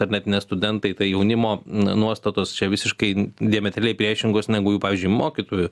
ar net ne studentai tai jaunimo nuostatos čia visiškai diametreliai priešingos negu jų pavyzdžiui mokytojų